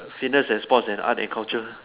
fitness and sports and other culture